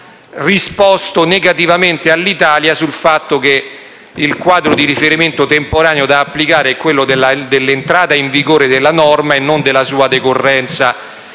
già risposto negativamente all'Italia sul fatto che il quadro di riferimento temporale da applicare è quello dell'entrata in vigore della norma e non della sua decorrenza